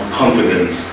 confidence